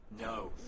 No